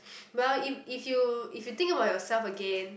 well if if you if you think about yourself again